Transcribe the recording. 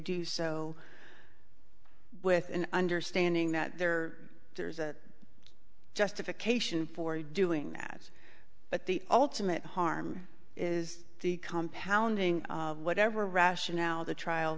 do so with an understanding that there are there's a justification for doing that but the ultimate harm is the compounding of whatever rationale the trial